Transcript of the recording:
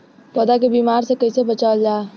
पौधा के बीमारी से कइसे बचावल जा?